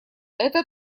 это